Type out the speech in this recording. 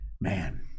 man